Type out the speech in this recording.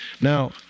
Now